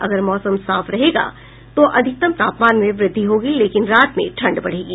अगर मौसम साफ रहेगा तो अधिकतम तापमान में वृद्धि होगी लेकिन रात में ठंड बढ़ेगी